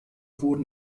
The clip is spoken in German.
wurden